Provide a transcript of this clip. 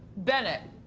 bennett.